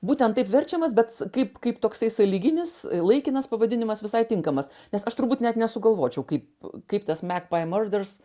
būtent taip verčiamas bet kaip kaip toksai sąlyginis laikinas pavadinimas visai tinkamas nes aš turbūt net nesugalvočiau kaip kaip tas magpie murders